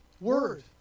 word